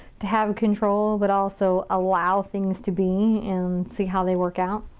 to have control, but also allow things to be, and see how they work out.